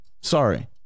Sorry